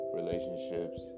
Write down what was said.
relationships